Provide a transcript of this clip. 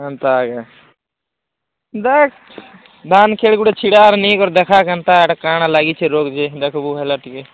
ଏନ୍ତା ଆଜ୍ଞା ଦେଖ୍ ବାହାନ୍ ଖେଳିଗୁଡ଼େ ଛିଡ଼ା ହେଇନି ଦେଖା କେନ୍ତା ଏଇଟା କାଣା ଲାଗିଛି ରୋଗ ଯେ ଦେଖ୍ବୁ ହେଲା ଟିକେ